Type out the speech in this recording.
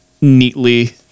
neatly